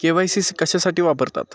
KYC कशासाठी वापरतात?